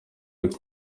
uri